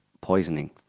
poisoning